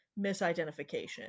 misidentification